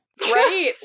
Right